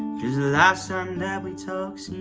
last time that we talked